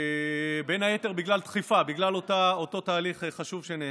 כמו ממקומות אחרים.